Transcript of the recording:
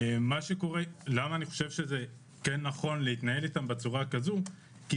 אני חושב שנכון להתנהל אותם בצורה כזו כי